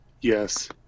Yes